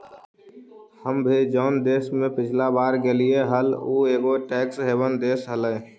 हम भी जऊन देश में पिछला बार गेलीअई हल ऊ एगो टैक्स हेवन देश हलई